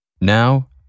Now